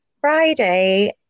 Friday